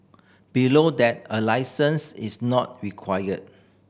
below that a licence is not required